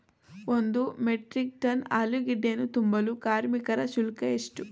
ಒಂದು metric ton ಆಲೂಗೆಡ್ಡೆಯನ್ನು ತುಂಬಲು ಕಾರ್ಮಿಕರ ಶುಲ್ಕ ಎಷ್ಟು?